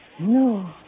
No